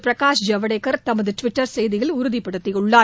பிரகாஷ் ஜவடேகர் தமது ட்விட்டர் செய்தியில் உறுதிப்படுத்தியுள்ளார்